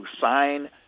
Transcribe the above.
sign